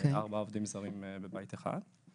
ארבעה עובדים זרים בבית אחד.